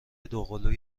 دوقلوی